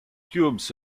tubes